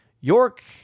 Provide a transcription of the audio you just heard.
York